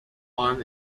farm